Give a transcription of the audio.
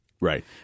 Right